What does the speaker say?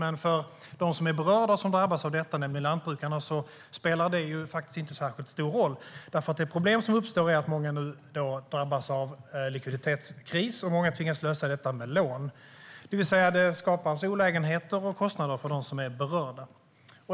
Men för dem som är berörda och som drabbats av detta, nämligen lantbrukarna, spelar det faktiskt inte särskilt stor roll. Det problem som uppstår är att många nu drabbas av likviditetskris och att många tvingas lösa det med lån, det vill säga att det skapas olägenheter och kostnader för dem som är berörda.